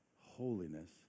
holiness